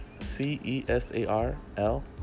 c-e-s-a-r-l